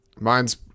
Mine's